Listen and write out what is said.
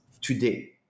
today